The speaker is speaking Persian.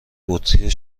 بطری